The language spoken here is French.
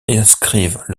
inscrivent